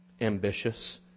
ambitious